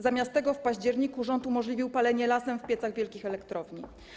Zamiast tego w październiku rząd umożliwił palenie drewnem z lasów w piecach wielkich elektrowni.